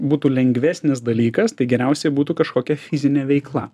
būtų lengvesnis dalykas tai geriausiai būtų kaškokia fizinė veikla